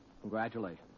Congratulations